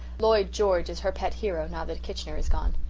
lloyd george is her pet hero, now that kitchener is gone.